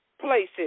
places